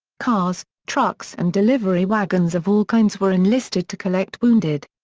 cars, trucks and delivery wagons of all kinds were enlisted to collect wounded.